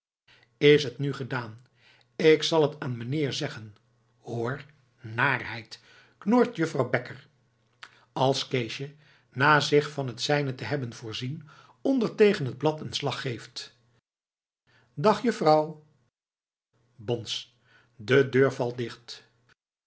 is het nu gedaan k zal het aan meneer zeggen hoor naarheid knort juffrouw bekker als keesje na zich van het zijne te hebben voorzien onder tegen het blad een slag geeft dag juffrouw bons de deur valt dicht